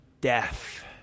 death